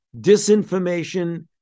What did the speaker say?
disinformation